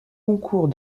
concours